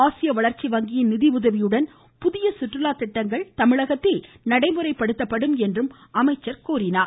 ஆசிய வளர்ச்சி வங்கியின் நிதி உதவியுடன் புதிய சுற்றுலா திட்டங்கள் மாநிலத்தில் நடைமுறைப்படுத்தப்படும் என்றும் அமைச்சர் கூறினார்